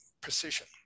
precision